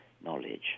knowledge